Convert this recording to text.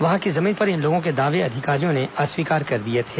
वहां की जमीन पर इन लोगों के दावे अधिकारियों ने अस्वीकार कर दिये थे